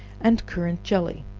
and currant jelly,